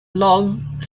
long